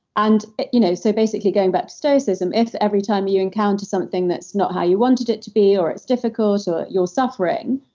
and you know so basically going back to stoicism, if every time you you encounter something that's not how you wanted it to be or it's difficult or you're suffering,